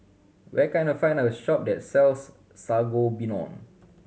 where can I find a shop that sells Sangobion